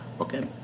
Okay